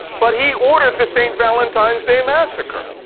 but he ordered the st. valentine's day massacre.